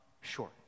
short